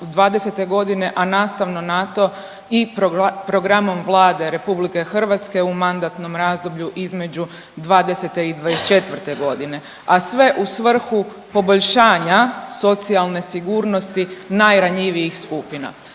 a nastavno na to i programom Vlade RH u mandatnom razdoblju između '20. i '24. godine, a sve u svrhu poboljšanja socijalne sigurnosti najranjivijih skupina.